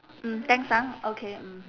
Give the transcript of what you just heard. mm thanks ah okay mm